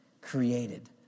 created